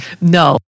No